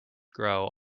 grow